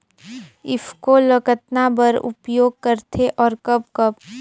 ईफको ल कतना बर उपयोग करथे और कब कब?